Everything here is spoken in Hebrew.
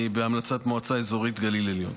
בהמלצת המועצה האזורית גליל עליון.